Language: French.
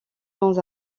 dans